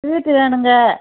sweet வேணுங்க